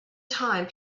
time